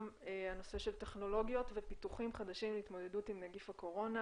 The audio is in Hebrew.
נושא של טכנולוגיות ופיתוחים חדשים להתמודדות עם נגיף הקורונה